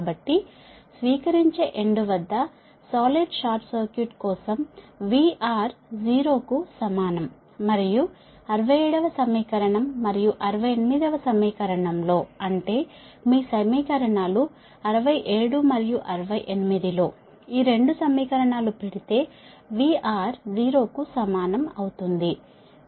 కాబట్టి స్వీకరించే ఎండ్ వద్ద సాలిడ్ షార్ట్ సర్క్యూట్ కోసం VR 0 కు సమానం మరియు 67 వ సమీకరణం మరియు 68 వ సమీకరణం లో అంటే మీ సమీకరణాలు 67 మరియు 68 లో ఈ 2 సమీకరణాలు పెడితే VR 0 కు సమానం అవుతుంది